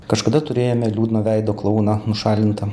kažkada turėjome liūdno veido klouną nušalintą